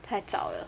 太早了